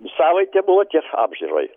savaitę buvo tek apžiūroj